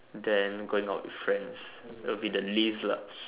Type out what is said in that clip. then going out with friends would be the least lah